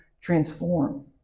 transform